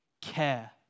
care